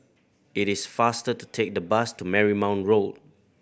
it is faster to take the bus to Marymount Road